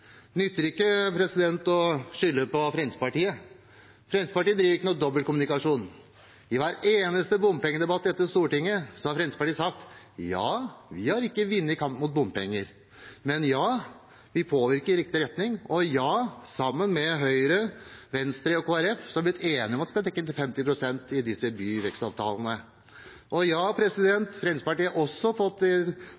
nytter ikke å skylde på Fremskrittspartiet. Fremskrittspartiet driver ikke med dobbeltkommunikasjon. I hver eneste bompengedebatt i dette stortinget har vi i Fremskrittspartiet sagt at vi har ikke vunnet kampen mot bompenger, men vi påvirker i riktig retning, og sammen med Høyre, Venstre og Kristelig Folkeparti har vi blitt enige om at vi skal dekke inntil 50 pst. i disse byvekstavtalene.